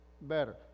better